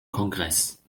kongress